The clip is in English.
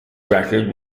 record